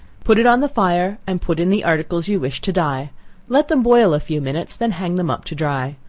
put it on the fire, and put in the articles you wish to dye let them boil a few minutes, then hang them up to dry.